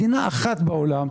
מדינה אחת בעולם,